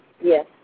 Yes